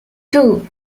two